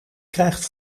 krijgt